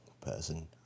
person